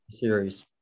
series